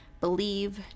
Believe